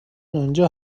آنجا